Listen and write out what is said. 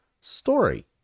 story